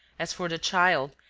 as for the child,